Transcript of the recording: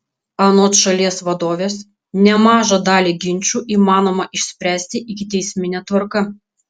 anot šalies vadovės nemažą dalį ginčų įmanoma išspręsti ikiteismine tvarka